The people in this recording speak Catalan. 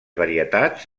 varietats